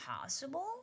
possible